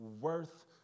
worth